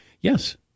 Yes